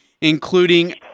including